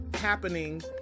happening